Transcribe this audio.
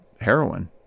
heroin